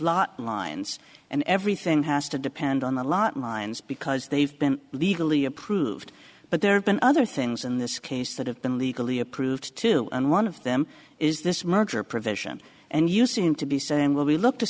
lot lines and everything has to depend on a lot minds because they've been legally approved but there have been other things in this case that have been legally approved too and one of them is this merger provision and you seem to be saying well we look